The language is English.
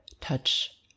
touch